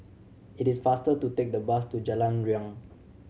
it is faster to take the bus to Jalan Riang